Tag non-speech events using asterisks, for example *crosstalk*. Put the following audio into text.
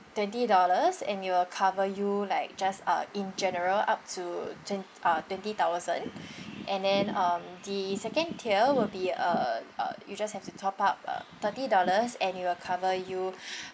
twenty dollars and it will cover you like just uh in general up to twen~ uh twenty thousand *breath* and then um the second tier will be uh uh you just have to top up uh thirty dollars and it will cover you *breath*